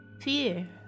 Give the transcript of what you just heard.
fear